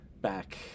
back